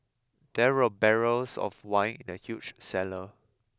there were barrels of wine in the huge cellar